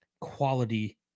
quality